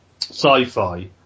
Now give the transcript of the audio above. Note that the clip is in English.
sci-fi